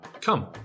Come